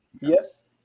Yes